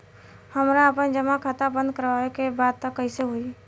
हमरा आपन जमा खाता बंद करवावे के बा त कैसे होई?